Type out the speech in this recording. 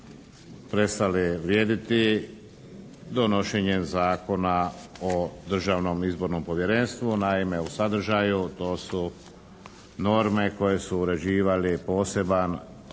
prestali vrijediti donošenjem Zakona o Državnom izbornom povjerenstvu. Naime, u sadržaju to su norme koje su uređivali poseban